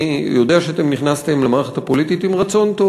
אני יודע שאתם נכנסתם למערכת הפוליטית עם רצון טוב.